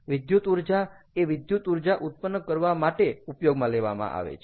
વિદ્યુત ઊર્જા એ વિદ્યુત ઊર્જા ઉત્પન્ન કરવા માટે ઉપયોગમાં લેવામાં આવે છે